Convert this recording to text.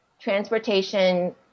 transportation